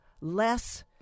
less